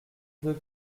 deux